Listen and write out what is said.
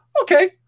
okay